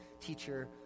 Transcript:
Teacher